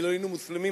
אילו היינו מוסלמים,